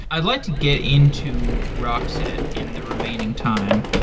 i'd like to get into rockset in the remaining time,